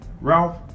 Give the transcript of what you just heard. Ralph